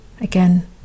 Again